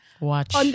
Watch